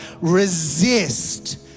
resist